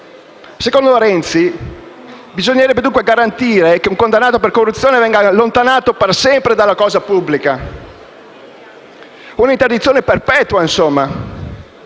Secondo Renzi bisognerebbe garantire che un condannato per corruzione venga allontanato per sempre dalla cosa pubblica, un'interdizione perpetua, insomma.